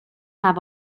have